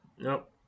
Nope